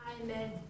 Amen